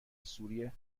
سوریه